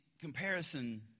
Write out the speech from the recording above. comparison